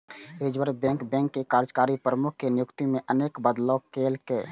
reserve bank बैंकक कार्यकारी प्रमुख के नियुक्ति मे अनेक बदलाव केलकै